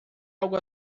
algo